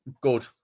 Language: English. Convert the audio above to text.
Good